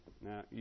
Now